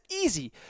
easy